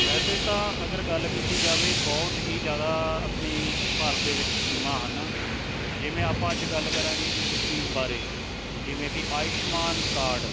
ਵੈਸੇ ਤਾਂ ਅਗਰ ਗੱਲ ਕੀਤੀ ਜਾਵੇ ਬਹੁਤ ਹੀ ਜ਼ਿਆਦਾ ਆਪਣੇ ਭਾਰਤ ਦੇ ਵਿੱਚ ਸਕੀਮਾਂ ਹਨ ਜਿਵੇਂ ਆਪਾਂ ਅੱਜ ਗੱਲ ਕਰਾਂਗੇ ਇੱਕ ਸਕੀਮ ਬਾਰੇ ਜਿਵੇਂ ਕਿ ਆਯੁਸ਼ਮਾਨ ਕਾਰਡ